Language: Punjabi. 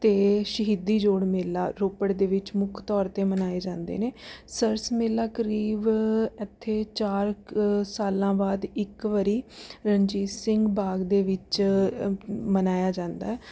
ਅਤੇ ਸ਼ਹੀਦੀ ਜੋੜ ਮੇਲਾ ਰੋਪੜ ਦੇ ਵਿੱਚ ਮੁੱਖ ਤੌਰ 'ਤੇ ਮਨਾਏ ਜਾਂਦੇ ਨੇ ਸਰਸ ਮੇਲਾ ਕਰੀਬ ਇੱਥੇ ਚਾਰ ਕੁ ਸਾਲਾਂ ਬਾਅਦ ਇੱਕ ਵਾਰੀ ਰਣਜੀਤ ਸਿੰਘ ਬਾਗ ਦੇ ਵਿੱਚ ਮਨਾਇਆ ਜਾਂਦਾ ਹੈ